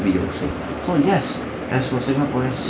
actually so yes as for singaporeans